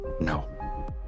No